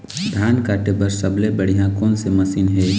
धान काटे बर सबले बढ़िया कोन से मशीन हे?